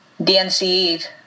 DNC